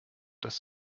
das